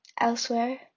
Elsewhere